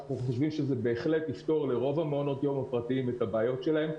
חושבים שזה בהחלט יפתור לרוב המעונות הפרטיים את הבעיות שלהם.